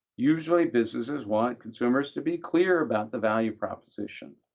usually, businesses want consumers to be clear about the value proposition,